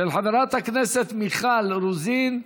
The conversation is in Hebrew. של חברת הכנסת מיכל רוזין,